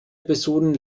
episoden